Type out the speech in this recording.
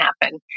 happen